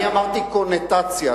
אני אמרתי "קונוטציה".